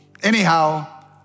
Anyhow